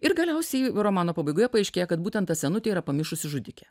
ir galiausiai romano pabaigoje paaiškėja kad būtent ta senutė yra pamišusi žudikė